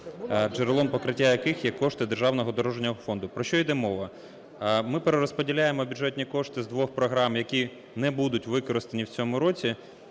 джерелом покриття яких є кошти Державного дорожнього фонду. Про що йде мова? Ми перерозподіляємо бюджетні кошти з двох програм, які не будуть використані в цьому році,